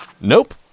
Nope